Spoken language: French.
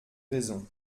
raisons